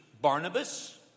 Barnabas